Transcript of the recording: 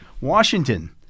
Washington